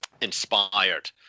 inspired